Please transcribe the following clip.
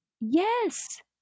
Yes